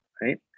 right